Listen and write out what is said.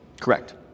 Correct